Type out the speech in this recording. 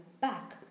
Back